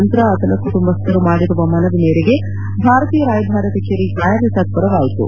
ನಂತರ ಆತನ ಕುಟುಂಬಸ್ದರು ಮಾಡಿರುವ ಮನವಿ ಮೇರೆಗೆ ಭಾರತೀಯ ರಾಯಭಾರ ಕಚೇರಿ ಕಾರ್ಯತತ್ವರವಾಯಿತು